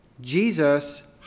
Jesus